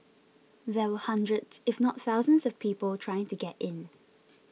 there were hundreds if not thousands of people trying to get in